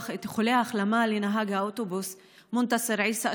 איחולי החלמה לנהג האוטובוס מונתסר עיסא,